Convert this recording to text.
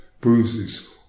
bruises